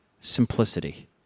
simplicity